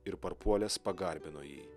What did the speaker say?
ir parpuolęs pagarbino jį